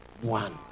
one